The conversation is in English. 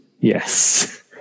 Yes